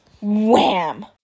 Wham